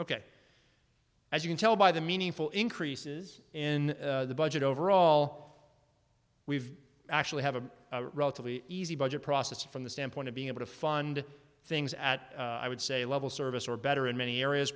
as you can tell by the meaningful increases in the budget overall we've actually have a relatively easy budget process from the standpoint of being able to fund things at i would say level service or better in many areas